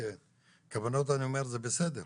כוונות זה בסדר,